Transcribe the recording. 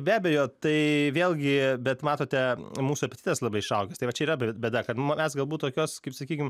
be abejo tai vėlgi bet matote mūsų apetitas labai išaugęs tai va čia yra bėda kad mes galbūt tokios kaip sakykim